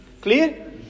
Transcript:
Clear